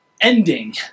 ending